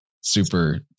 super